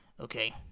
Okay